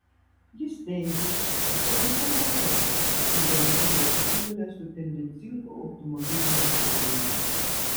jis teigė kad tai pirmas kartas kai bendrovė susiduria su tendencingu automobilių niokojimu